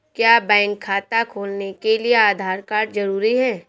क्या बैंक खाता खोलने के लिए आधार कार्ड जरूरी है?